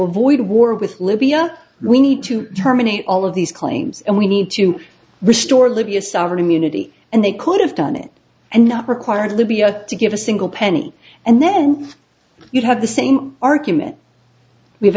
avoid war with libya we need to terminate all of these claims and we need to restore libya sovereign immunity and they could have done it and not required libya to give a single penny and then you have the same argument we